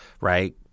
Right